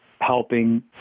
helping